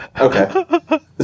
Okay